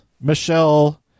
Michelle